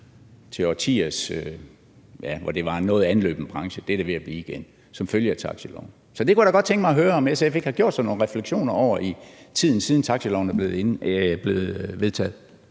til dengang, hvor det var en noget anløben branche. Det er det ved at blive igen som følge af taxiloven. Så det kunne jeg da godt tænke mig høre om SF ikke har gjort sig nogen refleksioner over i tiden, siden taxiloven blev vedtaget.